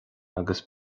agus